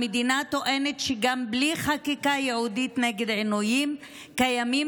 המדינה טוענת שגם בלי חקיקה ייעודית נגד עינויים קיימים